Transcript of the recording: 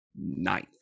ninth